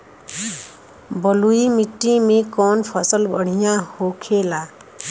बलुई मिट्टी में कौन फसल बढ़ियां होखे ला?